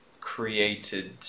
created